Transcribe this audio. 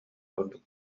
курдук